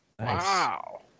Wow